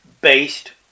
based